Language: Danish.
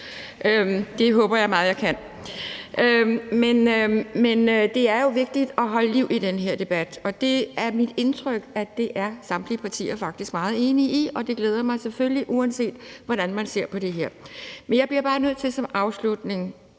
Det håber jeg meget jeg kan. Det er vigtigt at holde liv i den her debat, og det er det mit indtryk, at det er samtlige partier faktisk meget enige i, og det glæder mig selvfølgelig, uanset hvordan man ser på det her. Jeg bliver bare nødt til som afslutning